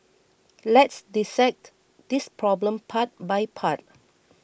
let's dissect this problem part by part